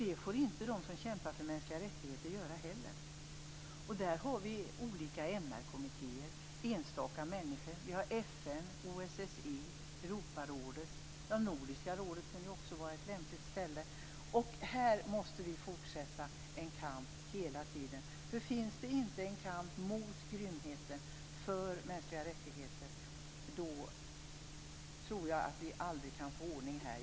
Det får inte de som kämpar för mänskliga rättigheter heller göra. Vi har olika MR-kommittéer, enstaka människor, FN, OSSE och Europarådet. Nordiska rådet kunde också vara ett lämpligt ställe. Här måste vi fortsätta kampen hela tiden. För vi inte en kamp mot grymheten och för mänskliga rättigheter tror jag aldrig att vi kan få ordning i världen.